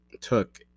took